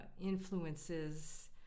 influences